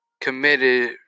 committed